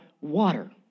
water